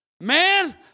man